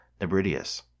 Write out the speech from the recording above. Nebridius